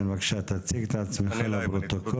כן, בבקשה, תציג את עצמך לפרוטוקול.